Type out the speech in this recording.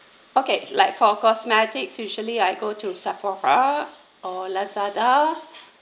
okay like for cosmetics usually I go to Sephora or Lazada